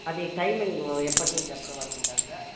అది టైమింగ్ ఎప్పటినుంచి ఎప్పటివరకు ఉంటారు సార్